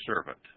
servant